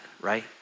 right